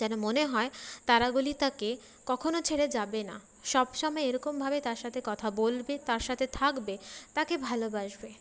যেন মনে হয় তারাগুলি তাকে কখনও ছেড়ে যাবে না সবসময় এরকমভাবে তার সাথে কথা বলবে তার সাথে থাকবে তাকে ভালোবাসবে